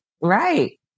Right